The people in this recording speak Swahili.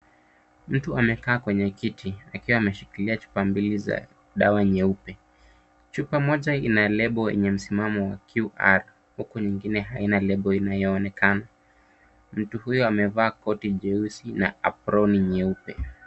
Mtu amekaa kwenye kiti akiwa ameshikilia chupa mbili za dawa nyeupe. Chupa moja ina lebo yenye msimamo wa QR huku nyingine haina lebo inayoonekana. Mtu huyo amevaa koti jeusi na aproni nyeupe.